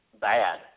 bad